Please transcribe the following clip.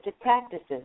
practices